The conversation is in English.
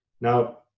Now